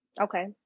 Okay